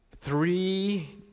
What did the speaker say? Three